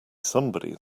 somebody